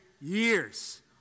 years